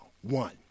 one